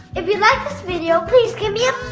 if you liked this video, please give me a